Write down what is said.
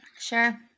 sure